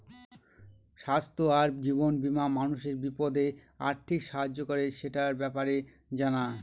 স্বাস্থ্য আর জীবন বীমা মানুষের বিপদে আর্থিক সাহায্য করে, সেটার ব্যাপারে জানা